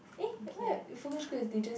eh where focus group is they just